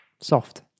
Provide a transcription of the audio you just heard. soft